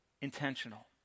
intentional